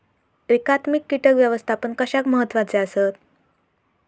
एकात्मिक कीटक व्यवस्थापन कशाक महत्वाचे आसत?